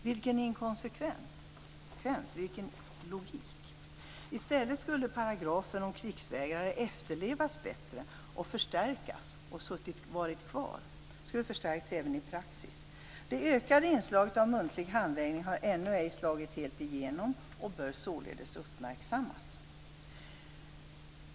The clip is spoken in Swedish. Vilken inkonsekvens och vilken logik! I stället skulle paragrafen om krigsvägrare efterlevas bättre och förstärkas. Den skulle ha varit kvar, och den skulle ha förstärkts också genom praxis. Det ökade inslaget av muntlig handläggning har ännu ej slagit helt igenom och bör således uppmärksammas.